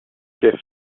gift